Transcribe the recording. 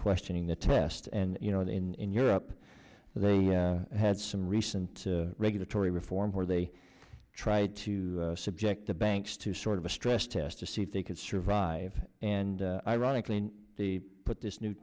questioning the test and you know that in europe they had some recent regulatory reform where they tried to subject the banks to sort of a stress test to see if they could survive and ironically the put this new